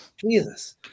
Jesus